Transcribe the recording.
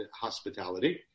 hospitality